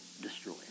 destroy